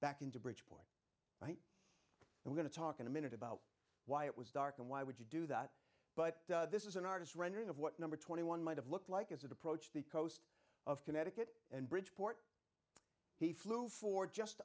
back into bridgeport we're going to talk in a minute about why it was dark and why would you do that but this is an artist's rendering of what number twenty one might have looked like as it approached the coast of connecticut in bridgeport he flew for just